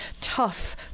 tough